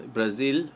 Brazil